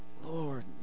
Lord